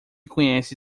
conhece